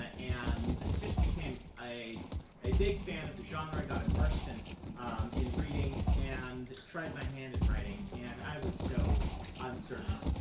and just became a big fan of the genre. i got immersed and in reading and tried my hand at writing, and i was so uncertain.